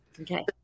Okay